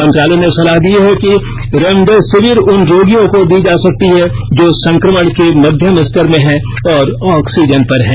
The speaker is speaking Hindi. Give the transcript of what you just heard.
मंत्रालय ने सलाह दी है कि रेमडेसिविर उन रोगियों को दी जा सकती है जो संक्रमण के मध्यम स्तर में हैं और ऑक्सीजन पर हैं